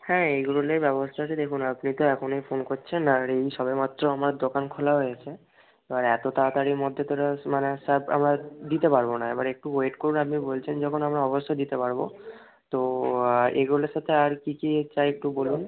হ্যাঁ এগরোলের ব্যবস্থা আছে দেখুন আপনি তো এখন এই ফোন করছেন আর এই সবে মাত্র আমার দোকান খোলা হয়েছে তো এতো তাড়াতাড়ির মধ্যে তো এটা মানে স্যাব আবার দিতে পারবো না এবার একটু ওয়েট করুন আপনি বলছেন যখন আমরা অবশ্যই দিতে পারবো তো এগরোলের সাথে আর কী কী চাই একটু বলুন